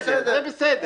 בסדר, זה בסדר.